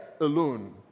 alone